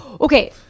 Okay